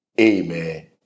amen